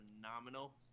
phenomenal